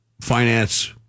finance